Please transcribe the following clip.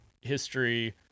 history